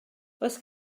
oes